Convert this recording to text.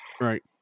Right